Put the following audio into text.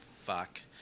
fuck